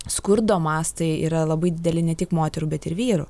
skurdo mastai yra labai dideli ne tik moterų bet ir vyrų